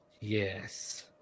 Yes